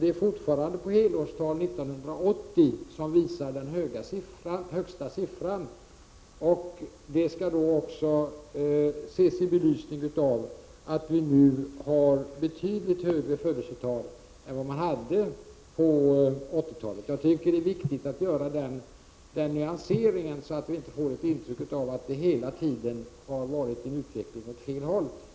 Det högsta helårstalet från 1980 skall då också ses i belysning av att födelsetalen nu är betydligt högre än de var på 1980-talet. Det är viktigt att göra den nyanseringen, så att det inte ges ett intryck av att utvecklingen hela tiden har gått åt fel håll.